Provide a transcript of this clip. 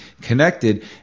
connected